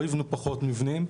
לא יבנו פחות מבנים,